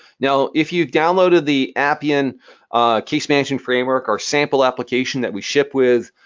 now, if you've downloaded the appian case management framework or sample application that we ship with,